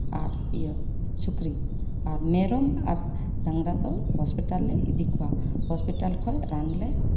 ᱟᱨ ᱤᱭᱟᱹ ᱥᱩᱠᱨᱤ ᱟᱨ ᱢᱮᱨᱚᱢ ᱟᱨ ᱰᱟᱝᱨᱟ ᱫᱚ ᱦᱚᱸᱥᱯᱤᱴᱟᱞ ᱞᱮ ᱤᱫᱤ ᱠᱚᱣᱟ ᱦᱚᱸᱥᱯᱤᱴᱟᱞ ᱠᱷᱚᱡ ᱨᱟᱱ ᱞᱮ